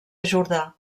jordà